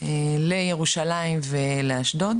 לירושלים ולאשדוד,